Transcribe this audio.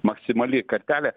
maksimali kartelė